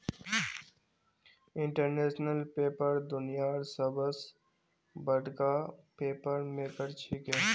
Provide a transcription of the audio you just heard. international Paper दुनियार सबस बडका पेपर मेकर छिके